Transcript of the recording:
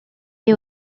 est